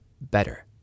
better